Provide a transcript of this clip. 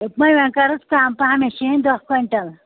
دوٚپمے وۅنۍ کَرُس کَم پہم مےٚ چھِ ہیٚنۍ دٔہ کۅینٛٹل